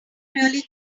really